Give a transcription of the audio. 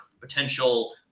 potential